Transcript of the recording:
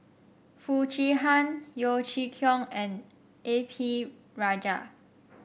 Foo Chee Han Yeo Chee Kiong and A P Rajah